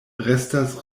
restas